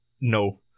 No